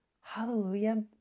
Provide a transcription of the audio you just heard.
Hallelujah